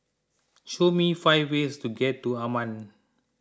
show me five ways to get to Amman